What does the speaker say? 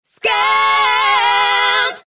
Scams